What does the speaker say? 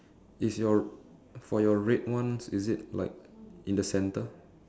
is your for your red ones is it like in the center